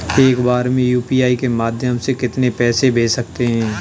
एक बार में यू.पी.आई के माध्यम से कितने पैसे को भेज सकते हैं?